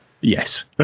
yes